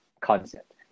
concept